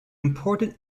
important